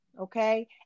okay